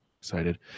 excited